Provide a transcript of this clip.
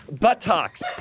buttocks